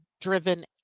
driven